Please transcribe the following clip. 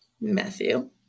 Matthew